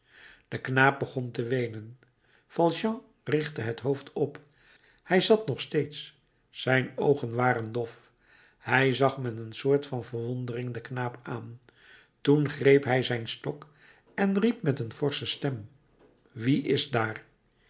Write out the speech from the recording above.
de knaap begon te weenen valjean richtte het hoofd op hij zat nog steeds zijn oogen waren dof hij zag met een soort van verwondering den knaap aan toen greep hij zijn stok en riep met een forsche stem wie is daar